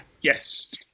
Yes